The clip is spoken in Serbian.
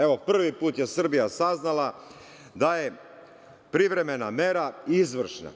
Evo, prvi put je Srbija saznala da je privremena mera izvršna.